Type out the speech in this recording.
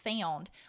found